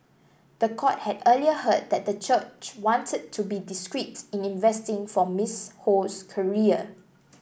the court had earlier heard that the church wanted to be discreet in investing for Miss Ho's career